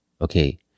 okay